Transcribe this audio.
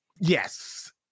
Yes